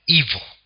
evil